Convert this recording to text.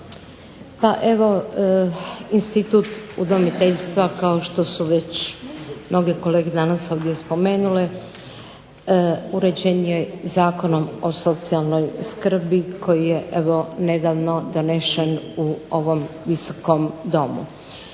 Pa evo institut udomiteljstva kao što su mnogi kolege već danas ovdje spomenule uređen je zakonom o socijalnoj skrbi koji je nedavno donešen u ovom Visokom domu.